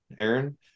Aaron